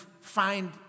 find